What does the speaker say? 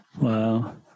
wow